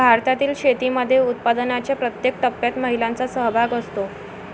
भारतातील शेतीमध्ये उत्पादनाच्या प्रत्येक टप्प्यात महिलांचा सहभाग असतो